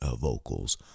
vocals